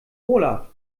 olaf